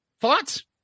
Thoughts